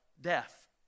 death